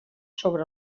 sobre